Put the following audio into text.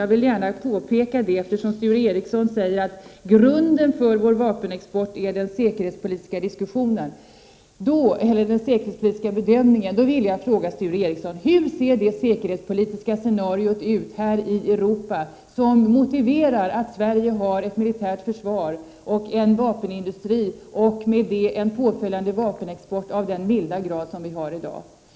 Jag vill gärna påpeka det, eftersom Sture Ericson säger att grunden för vår vapenexport är den säkerhetspolitiska bedömningen. Då vill jag fråga Sture Ericson: Hur ser det säkerhetspolitiska scenario ut här i Europa som motiverar att Sverige har ett militärt försvar, en vapenindu stri och en därmed sammanhängande vapenexport av den milda grad som vi har i dag?